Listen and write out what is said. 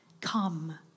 Come